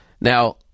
Now